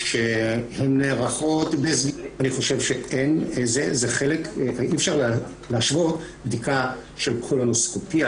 אני חושב שאי-אפשר להשוות בדיקה של קולונוסקופיה,